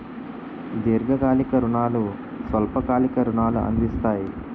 దీర్ఘకాలిక రుణాలు స్వల్ప కాలిక రుణాలు అందిస్తాయి